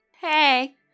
Hey